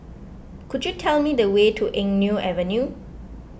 could you tell me the way to Eng Neo Avenue